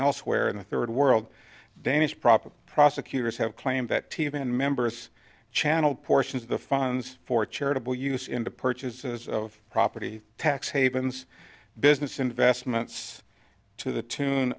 elsewhere in the third world danish property prosecutors have claimed that t v and members channel portions of the funds for charitable use in the purchases of property tax havens business investments to the tune